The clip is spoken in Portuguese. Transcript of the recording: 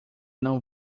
não